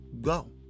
go